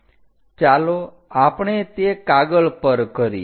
ચાલો આપણે તે કાગળ પર કરીએ